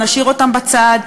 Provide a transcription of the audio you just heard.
נשאיר אותם בצד,